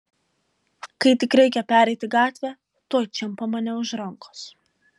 kai tik reikia pereiti gatvę tuoj čiumpa mane už rankos